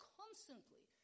constantly